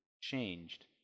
changed